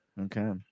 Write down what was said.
Okay